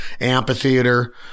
amphitheater